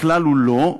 הכלל הוא לא,